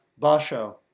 Basho